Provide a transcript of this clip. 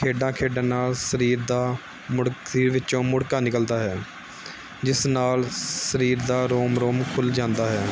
ਖੇਡਾਂ ਖੇਡਣ ਨਾਲ ਸਰੀਰ ਦਾ ਮੁੜ੍ਹ ਸਰੀਰ ਵਿੱਚੋਂ ਮੁੜ੍ਹਕਾ ਨਿਕਲਦਾ ਹੈ ਜਿਸ ਨਾਲ ਸਰੀਰ ਦਾ ਰੋਮ ਰੋਮ ਖੁੱਲ੍ਹ ਜਾਂਦਾ ਹੈ